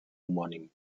homònim